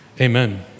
Amen